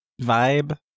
vibe